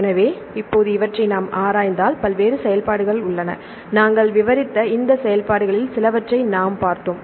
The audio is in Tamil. எனவே இப்போது இவற்றை நாம் ஆராய்ந்தால் பல்வேறு செயல்பாடுகள் உள்ளன நாங்கள் விவரித்த இந்த செயல்பாடுகளில் சிலவற்றை நாம் பார்த்தோம்